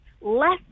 less